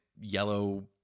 yellow